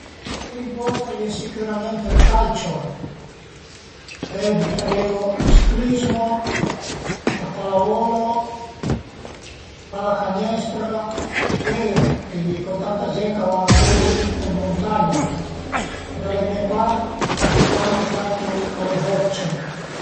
Al prim post a ie sicürament ël calcio, pöi bütarìu ël ciclizmo, la pallavolo, pallacanestro e pöi a ie co tanta gent ch'a van a curi ën muntagna e da le mie part a s'giöga anche tantu a le bocce